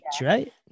right